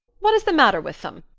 what is the matter with them?